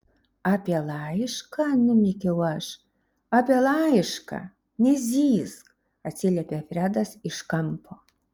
apie laišką numykiau aš apie laišką nezyzk atsiliepė fredas iš kampo